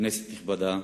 כנסת נכבדה,